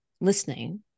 listening